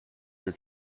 your